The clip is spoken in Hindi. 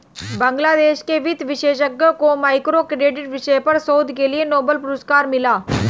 बांग्लादेश के वित्त विशेषज्ञ को माइक्रो क्रेडिट विषय पर शोध के लिए नोबेल पुरस्कार मिला